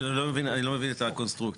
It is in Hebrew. אני לא מבין את הקונסטרוקציה.